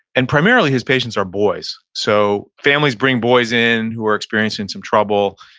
and primarily his patients are boys. so families bring boys in who are experiencing some trouble.